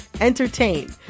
entertain